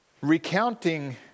Recounting